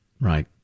Right